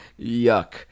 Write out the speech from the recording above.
Yuck